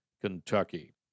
Kentucky